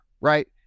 right